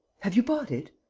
have you bought it?